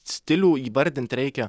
stilių įvardint reikia